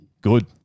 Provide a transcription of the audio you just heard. good